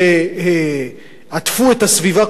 שעטפו את הסביבה כולה,